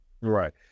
Right